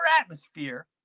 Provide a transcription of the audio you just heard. atmosphere